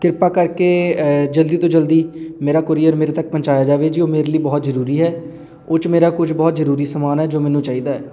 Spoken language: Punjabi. ਕਿਰਪਾ ਕਰਕੇ ਜਲਦੀ ਤੋਂ ਜਲਦੀ ਮੇਰਾ ਕੋਰੀਅਰ ਮੇਰੇ ਤੱਕ ਪਹੁੰਚਾਇਆ ਜਾਵੇ ਜੀ ਉਹ ਮੇਰੇ ਲਈ ਬਹੁਤ ਜ਼ਰੂਰੀ ਹੈ ਉਹ 'ਚ ਮੇਰਾ ਕੁਝ ਬਹੁਤ ਜ਼ਰੂਰੀ ਸਮਾਨ ਹੈ ਜੋ ਮੈਨੂੰ ਚਾਹੀਦਾ